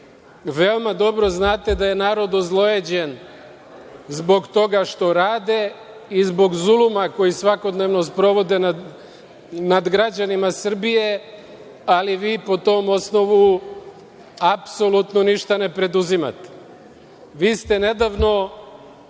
Veoma dobro znate da je narod ozlojeđen zbog toga što rade i zbog zuluma koji svakodnevno sprovode nad građanima Srbije, ali vi po tom osnovu apsolutno ništa ne preduzimate. Vi ste nedavno,